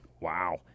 Wow